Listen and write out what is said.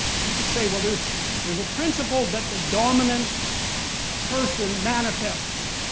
but you can say, well there's there's a principle that the dominant person manifests.